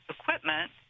equipment